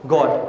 God